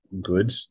good